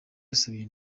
yasabiye